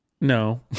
No